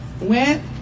went